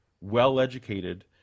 well-educated